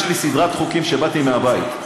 יש לי סדרת חוקים שבאתי, מהבית.